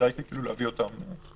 וכדאי להביא אותם.